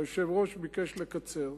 והיושב-ראש ביקש לקצר,